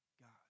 God